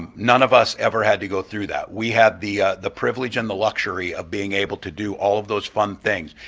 um none of us ever had to go through that. we had the the privilege and the luxury of being able to do all of those fun things,